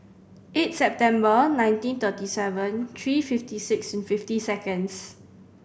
eight September nineteen thirty seven three fifty six fifty seconds